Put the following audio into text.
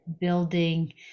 building